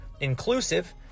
inclusive